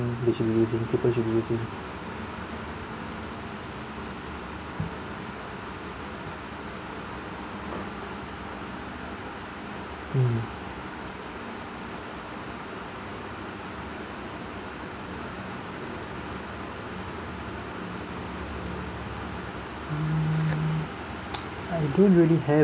they should be using people should be using mm mm I don't really have